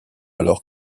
alors